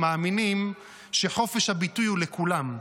מאמינים שחופש הביטוי הוא לכולם.